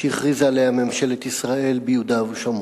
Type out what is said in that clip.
שהכריזה עליה ממשלת ישראל ביהודה ובשומרון.